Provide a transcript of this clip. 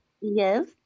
Yes